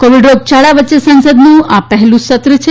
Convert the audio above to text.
Covid રોગયાળા વચ્ચે સંસદનું આ પહેલુ સત્ર છે